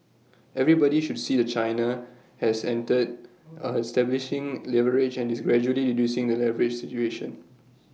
everybody should see that China has entered A stabilising leverage and is gradually reducing the leverage situation